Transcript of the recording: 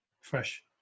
fresh